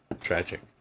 Tragic